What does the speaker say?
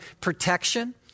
protection